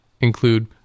include